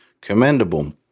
commendable